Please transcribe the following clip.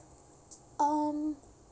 um